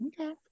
Okay